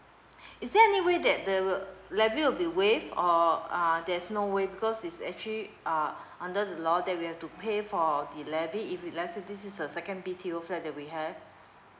is there anyway that the levy will be waive or uh there's no way because is actually uh under the law that we have to pay for the levy if it let say this is a second B_T_O flat that we have